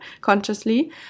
consciously